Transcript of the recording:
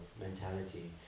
mentality